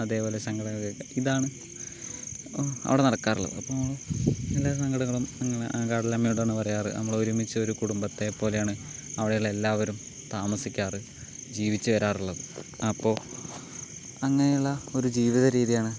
അതേപോലെ സങ്കടങ്ങൾ കേൾക്കുക ഇതാണ് അവിടെ നടക്കാറുള്ളത് അപ്പോൾ എല്ലാ സങ്കടങ്ങളും കടലമ്മയോടാണ് പറയാറ് നമ്മളൊരുമിച്ച് കുടുംബത്തെപ്പോലെയാണ് അവിടെയുള്ള എല്ലാവരും താമസിക്കാറ് ജീവിച്ച് വരാറുള്ളത് അപ്പോൾ അങ്ങനെയുള്ള ഒരു ജീവിതരീതിയാണ്